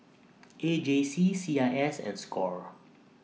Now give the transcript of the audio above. A J C C I S and SCORE